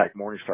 Morningstar